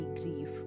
grief